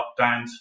lockdowns